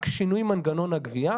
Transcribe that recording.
רק שינוי מנגנון הגבייה,